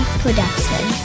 production